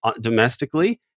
domestically